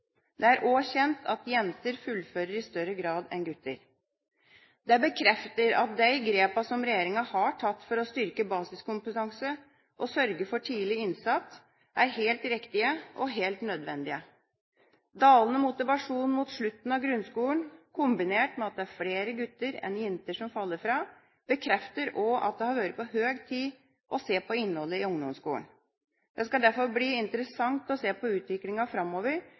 Det er også kjent at jenter fullfører i større grad enn gutter. Det bekrefter at de grepene som regjeringa har tatt for å styrke basiskompetanse og sørge for tidlig innsats, er helt riktige og helt nødvendige. Dalende motivasjon mot slutten av grunnskolen, kombinert med at det er flere gutter enn jenter som faller fra, bekrefter også at det har vært på høy tid å se på innholdet i ungdomsskolen. Det skal derfor bli interessant å se på utviklingen framover